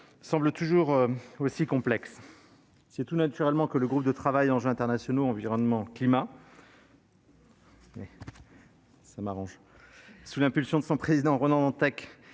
semble toujours aussi complexe. C'est tout naturellement que le groupe de travail Enjeux internationaux-climat-environnement-développement, sous l'impulsion de son président Ronan Dantec,